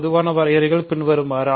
பொதுவான வரையறைகள் பின்வருமாறு